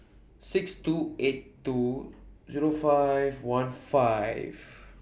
six two eight two Zero five one five